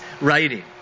writing